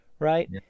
right